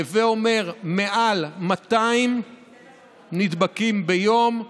הווי אומר, מעל 200 נדבקים ביום,